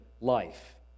life